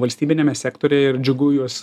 valstybiniame sektoriuje ir džiugu juos